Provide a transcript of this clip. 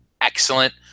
excellent